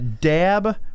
Dab